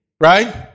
right